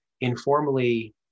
informally